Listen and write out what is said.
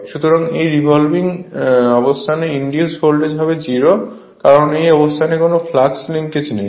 সুতরাং এটি রিভলভিং তাই এই অবস্থানে ইন্ডিউজড ভোল্টেজ হবে 0 কারণ এই অবস্থানে কোন ফ্লাক্স লিংকেজ নেই